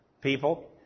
people